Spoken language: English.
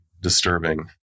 disturbing